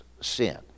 sin